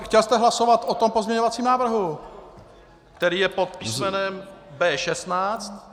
Chtěl jste hlasovat o tom pozměňovacím návrhu, který je pod písmenem B16?